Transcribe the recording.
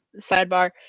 sidebar